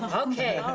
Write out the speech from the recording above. okay.